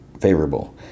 favorable